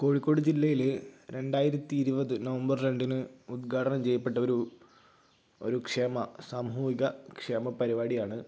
കോഴിക്കോട് ജില്ലയില് രണ്ടായിരത്തി ഇരുപത് നവംബർ രണ്ടിന് ഉദ്ഘാടനം ചെയ്യപ്പെട്ടൊരു ഒരു ക്ഷേമ സാമൂഹിക ക്ഷേമ പരിപാടിയാണ്